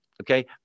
Okay